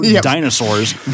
dinosaurs